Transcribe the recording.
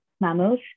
mammals